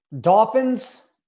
Dolphins